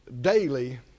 daily